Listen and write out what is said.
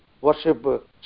Worship